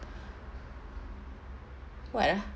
what ah